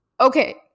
Okay